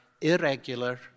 irregular